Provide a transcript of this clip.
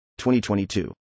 2022